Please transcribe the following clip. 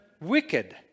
wicked